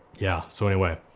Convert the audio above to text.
yeah, so anyway,